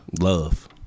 Love